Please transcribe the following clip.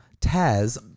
Taz